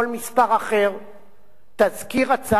תזכיר הצעת החוק בא אך ורק